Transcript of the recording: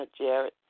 Jared